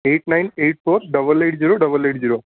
eight nine eight four double eight zero double eight zero